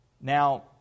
Now